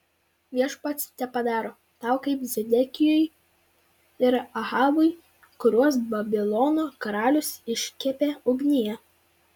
viešpats tepadaro tau kaip zedekijui ir ahabui kuriuos babilono karalius iškepė ugnyje